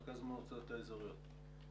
מרכז המועצות האזוריות.